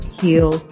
heal